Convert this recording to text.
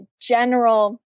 general